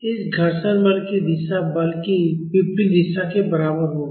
इस घर्षण बल की दिशा बल की विपरीत दिशा के बराबर होगी